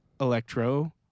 Electro